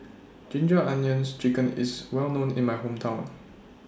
Ginger Onions Chicken IS Well known in My Hometown